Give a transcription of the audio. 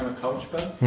couch bed